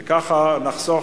וככה נחסוך,